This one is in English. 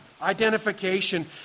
identification